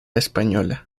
española